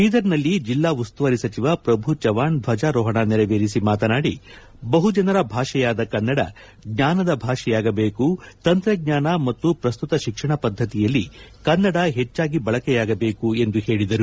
ಬೀದರ್ನಲ್ಲಿ ಜಿಲ್ಲಾ ಉಸ್ತುವಾರಿ ಸಚಿವ ಪ್ರಭು ಚವ್ನಾಣ್ ದ್ವಜಾರೋಹಣ ನೆರವೇರಿಸಿ ಮಾತನಾಡಿ ಬಹುಜನರ ಭಾಷೆಯಾದ ಕನ್ನಡ ಜ್ವಾನದ ಭಾಷೆಯಾಗದೇಕು ತಂತ್ರಜ್ವಾನ ಮತ್ತು ಪ್ರಸ್ತುತ ಶಿಕ್ಷಣ ಪದ್ದತಿಯಲ್ಲಿ ಕನ್ನಡ ಹೆಚ್ಚಾಗಿ ಬಳಕೆಯಾಗಬೇಕು ಎಂದು ಹೇಳಿದರು